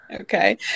Okay